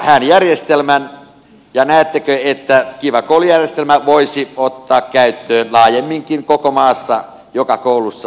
tunnetteko järjestelmän ja näettekö että kiva koulu järjestelmän voisi ottaa käyttöön laajemminkin koko maassa joka koulussa